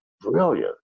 brilliant